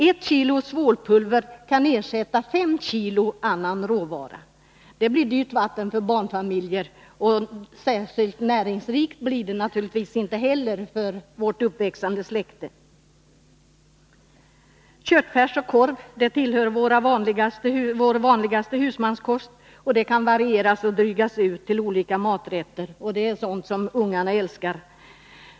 Ett kilo svålpulver kan ersätta fem kilo annan råvara. Det blir dyrt vatten för barnfamiljerna. Och särskilt näringsrikt blir det naturligtvis inte heller för vårt uppväxande släkte. Köttfärs och korv tillhör vår vanligaste husmanskost. Dessa varor kan varieras och drygas ut till olika maträtter, och det är sådan mat som ungarna älskar.